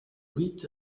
huit